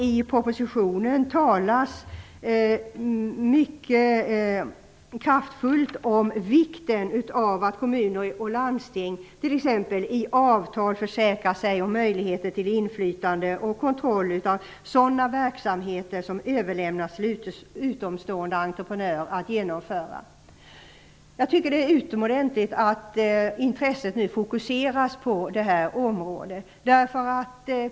I propositionen talas det mycket kraftfullt om vikten av att kommuner och landsting t.ex. i avtal försäkrar sig om möjlighet till inflytande och kontroll av sådana verksamheter som har överlämnats till utomstående entreprenörer. Det är utomordentligt att intresset nu fokuseras på detta område.